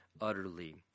utterly